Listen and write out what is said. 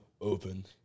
open